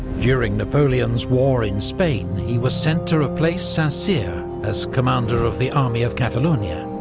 during napoleon's war in spain, he was sent to replace saint-cyr as commander of the army of catalonia.